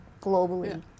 globally